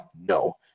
no